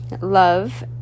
love